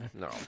no